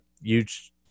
huge –